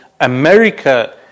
America